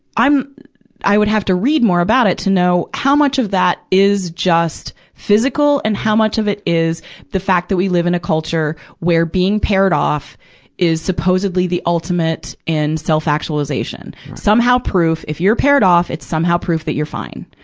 i'm i would have to read more about it to know how much of that is just physical and how much of it is the fact that we live in a culture where being paired off is supposedly the ultimate in self-actualization. somehow proof, if you're paired off, it's somehow proof that you're fine,